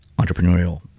entrepreneurial